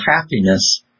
happiness